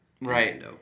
Right